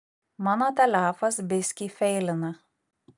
mano telefas biskį feilina